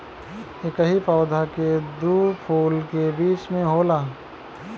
एकही पौधा के दू फूल के बीच में होला